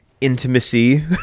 intimacy